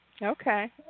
Okay